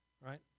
right